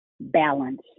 balance